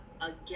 again